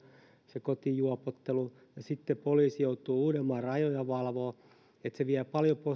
se kotijuopottelu ja sitten poliisi joutuu uudenmaan rajoja valvomaan jo se vie paljon